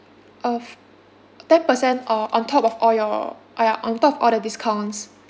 off ten percent off on top of all your uh ya on top of all the discounts